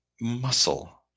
muscle